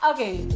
Okay